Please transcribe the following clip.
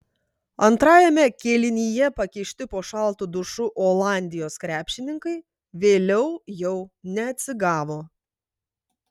antrajame kėlinyje pakišti po šaltu dušu olandijos krepšininkai vėliau jau neatsigavo